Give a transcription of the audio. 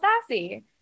sassy